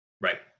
Right